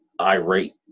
irate